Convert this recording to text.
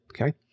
Okay